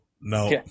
No